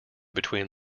between